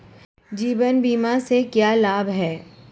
जीवन बीमा से क्या लाभ हैं?